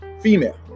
female